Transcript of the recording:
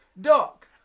Doc